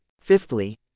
Fifthly